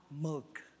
milk